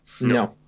No